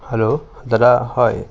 hello দাদা হয়